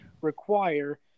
require